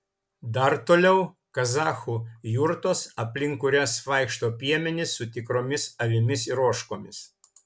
dar toliau kazachų jurtos aplink kurias vaikšto piemenys su tikromis avimis ir ožkomis